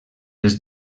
els